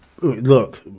Look